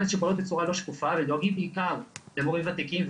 ודואגים בעיקר למורים ותיקים.